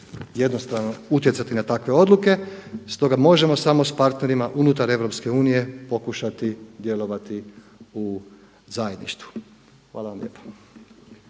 jednostavno utjecati na takve odluke. Stoga možemo samo s partnerima unutar EU pokušati djelovati u zajedništvu. Hvala vam lijepa.